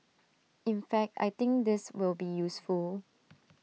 in fact I think this will be useful